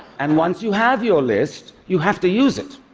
and once you have your list, you have to use it.